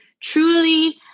truly